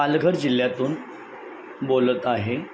पालघर जिल्ह्यातून बोलत आहे